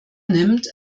nimmt